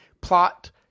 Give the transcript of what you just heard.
plot